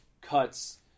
cuts